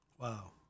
Wow